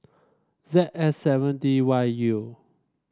Z S seven D Y U